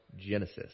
Genesis